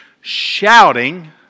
shouting